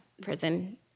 prison